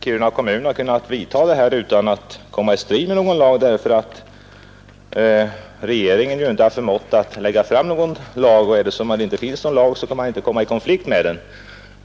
Kiruna kommun kunnat utfärda dessa föreskrifter utan att komma i strid med någon lag; regeringen har inte förmått lägga fram något förslag till lag, och om det inte finns någon lag, kan man ju inte komma i konflikt med den.